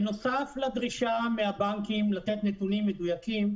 בנוסף לדרישה מהבנקים לתת נתונים מדויקים,